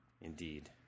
Indeed